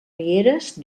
rieres